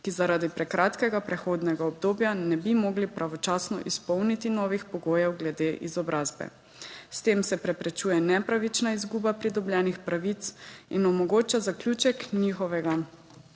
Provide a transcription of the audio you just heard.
ki zaradi prekratkega prehodnega obdobja ne bi mogli pravočasno izpolniti novih pogojev glede izobrazbe. S tem se preprečuje nepravična izguba pridobljenih pravic in omogoča zaključek njihovega